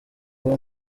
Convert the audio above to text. uwo